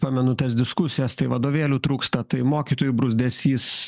pamenu tas diskusijas tai vadovėlių trūksta tai mokytojų bruzdesys